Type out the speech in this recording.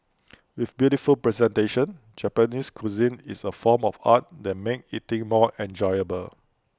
with beautiful presentation Japanese cuisine is A form of art that make eating more enjoyable